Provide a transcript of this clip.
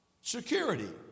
security